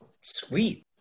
Sweet